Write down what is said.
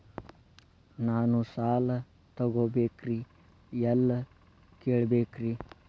ನಾನು ಸಾಲ ತೊಗೋಬೇಕ್ರಿ ಎಲ್ಲ ಕೇಳಬೇಕ್ರಿ?